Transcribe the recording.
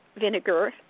vinegar